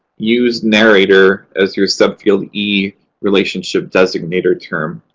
use narrator as your subfield e relationship designator term.